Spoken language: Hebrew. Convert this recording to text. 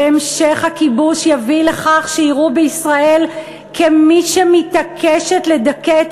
והמשך הכיבוש יביא לכך שיראו בישראל כמי שמתעקשת לדכא את